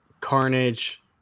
Carnage